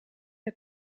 het